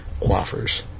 quaffers